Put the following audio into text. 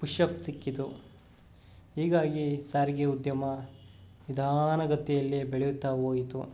push up ಸಿಕ್ಕಿತು ಹೀಗಾಗಿ ಸಾರಿಗೆ ಉದ್ಯಮ ನಿಧಾನ ಗತಿಯಲ್ಲಿ ಬೆಳೆಯುತ್ತಾ ಹೋಯಿತು